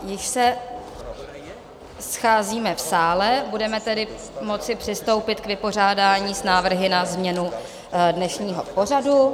Již se scházíme v sále, budeme tedy moci přistoupit k vypořádání se s návrhy na změnu dnešního pořadu.